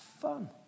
fun